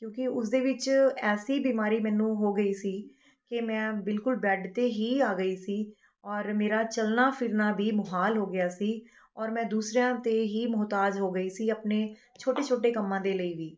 ਕਿਉਂਕਿ ਉਸਦੇ ਵਿੱਚ ਐਸੀ ਬਿਮਾਰੀ ਮੈਨੂੰ ਹੋ ਗਈ ਸੀ ਕਿ ਮੈਂ ਬਿਲਕੁਲ ਬੈੱਡ 'ਤੇ ਹੀ ਆ ਗਈ ਸੀ ਔਰ ਮੇਰਾ ਚੱਲਣਾ ਫਿਰਨਾ ਵੀ ਮੁਹਾਲ ਹੋ ਗਿਆ ਸੀ ਔਰ ਮੈਂ ਦੂਸਰਿਆਂ 'ਤੇ ਹੀ ਮੁਹਤਾਜ ਹੋ ਗਈ ਸੀ ਆਪਣੇ ਛੋਟੇ ਛੋਟੇ ਕੰਮਾਂ ਦੇ ਲਈ ਵੀ